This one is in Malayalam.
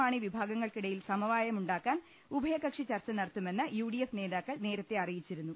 മാണി വിഭാഗങ്ങൾക്കിടയിൽ സമവായമുണ്ടാക്കാൻ ഉഭയകക്ഷി ചർച്ച നടത്തുമെന്ന് യുഡിഎഫ് നേതാക്കൾ നേരത്തെ അറിയിച്ചിരുന്നു